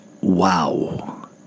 wow